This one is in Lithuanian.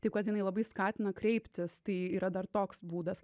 taip kad jinai labai skatina kreiptis tai yra dar toks būdas